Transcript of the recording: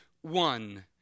one